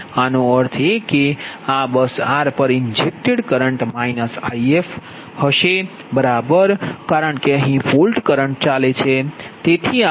આનો અર્થ એ કે આ બસ r પર ઇન્જેક્ટેડ કરંટ If હશે બરાબર કારણ કે અહીં ફોલ્ટ કરન્ટ ચાલે છે બરાબર